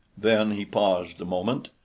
then he paused a moment,